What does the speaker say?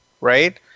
right